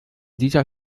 dieser